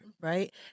right